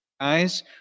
guys